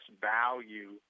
value